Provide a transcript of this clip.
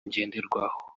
ngenderwaho